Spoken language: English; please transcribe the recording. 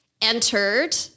entered